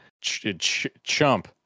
chump